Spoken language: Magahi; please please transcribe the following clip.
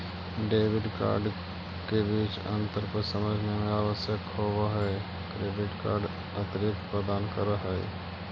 डेबिट कार्ड के बीच अंतर को समझे मे आवश्यक होव है क्रेडिट कार्ड अतिरिक्त प्रदान कर है?